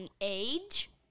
age